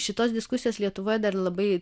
šitos diskusijos lietuvoje dar labai